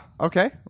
Okay